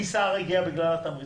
גידי סהר הגיע בגלל התמריצים?